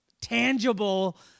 tangible